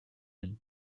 hunt